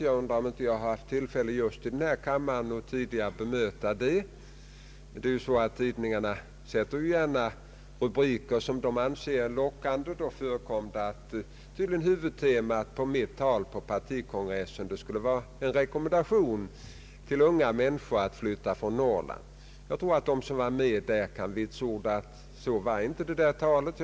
Jag undrar om jag inte haft tillfälle att just i denna kammare tidigare bemöta detta. Tidningarna sätter ju gärna rubriker som de anser vara lockande. I denna tidningsartikel framstod det som om huvudtemat i mitt tal på partikongressen skulle ha varit en rekommendation till unga människor att flytta från Norrland. Jag tror att de som var med på partikongressen kan vitsorda att mitt tal inte hade den innebörden.